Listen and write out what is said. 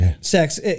Sex